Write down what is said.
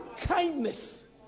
Kindness